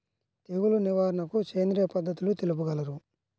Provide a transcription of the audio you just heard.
తెగులు నివారణకు సేంద్రియ పద్ధతులు తెలుపగలరు?